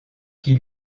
qui